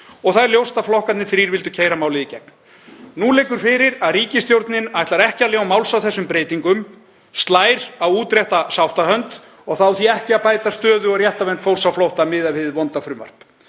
og það er ljóst að flokkarnir þrír vildu keyra málið í gegn. Nú liggur fyrir að ríkisstjórnin ætlar ekki að ljá máls á þessum breytingum, slær á útrétta sáttarhönd. Það á því ekki að bæta stöðu og réttarvernd fólks á flótta miðað við hið vonda frumvarp.